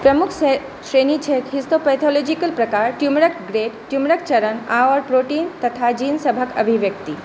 प्रमुख श्रेणी छैक हिस्टोपैथोलॉजिकल प्रकार ट्यूमर क ग्रेड ट्यूमर क चरण आओर प्रोटीन तथा जीन सभक अभिव्यक्ति